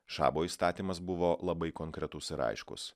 šabo įstatymas buvo labai konkretus ir aiškus